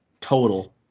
Total